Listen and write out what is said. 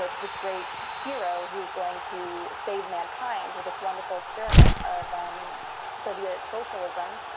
but this great hero who's going to save mankind with this wonderful experiment of soviet socialism,